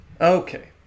Okay